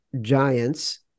giants